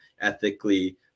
ethically